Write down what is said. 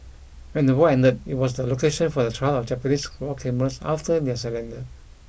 when the war ended it was the location for the trial of Japanese war criminals after their surrender